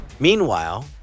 Meanwhile